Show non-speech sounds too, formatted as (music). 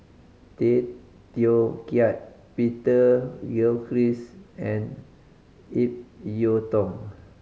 Tay Teow Kiat Peter (unintelligible) Christ and Ip Yiu Tung